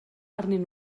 arnyn